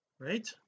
right